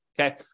okay